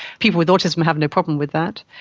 people with autism have no problem with that.